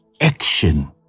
action